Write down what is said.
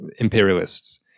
imperialists